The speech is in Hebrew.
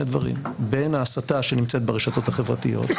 דברים: בין ההסתה שנמצאת ברשתות החברתיות,